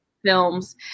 Films